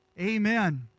Amen